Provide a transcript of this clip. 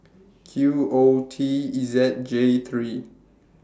Q O T E Z J three